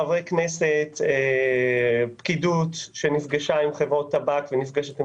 חברי כנסת ופקידות שנפגשה עם חברות טבק ונפגשת איתן,